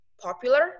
popular